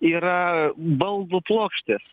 yra baldų plokštės